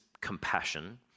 compassion